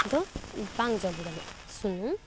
ᱫᱚ ᱵᱟᱝ ᱡᱚᱢ ᱜᱟᱱᱚᱜᱼᱟ ᱥᱩᱱᱩᱢ